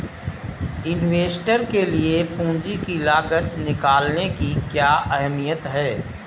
Investor के लिए पूंजी की लागत निकालने की क्या अहमियत है?